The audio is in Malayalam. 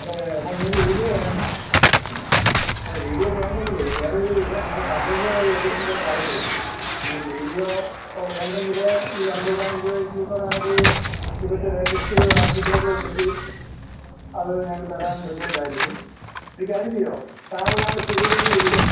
അത് അപ്പം നിങ്ങൾക്ക് വീഡിയോ വേണ്ട ആ അത് വീഡിയോ വേണ്ടങ്കിലേ വേറെ ഒര് ഇത് ഞങ്ങള് കമ്പയ്ൻ ചെയ്താൽ ഈ ഒര് ലക്ഷം രൂപ പറഞ്ഞതേ ഇനിയും വീഡിയോ വേണ്ടങ്കില് ഈ അൻപതിനായിരം രൂപയ്ക്ക് ഈ പറഞ്ഞ കണക്ക് ഇപ്പഴത്തെ ലേറ്റസ്റ്റ് ആൽബത്തിലൊക്കെ ഒട്ടിച്ച് അത് ഞങ്ങൾക്ക് തരാൻ ബുദ്ധിമുട്ടായിരിക്കും ഒര് കാര്യം ചെയ്തൊ നാളെ ഞങ്ങളുടെ സ്റ്റുഡിയോയിലേക്ക് ഒന്ന് വരുമോ